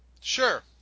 Sure